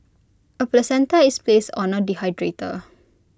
A placenta is placed on A dehydrator